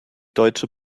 deutsche